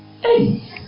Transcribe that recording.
Hey